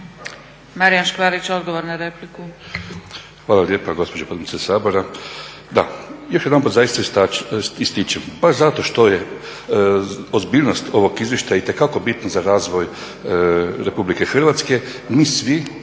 Dinko Burić, odgovor na repliku.